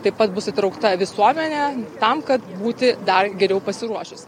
taip pat bus įtraukta visuomenė tam kad būti dar geriau pasiruošus